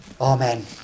Amen